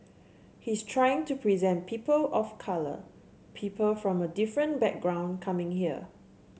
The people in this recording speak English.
he's trying to present people of colour people from a different background coming here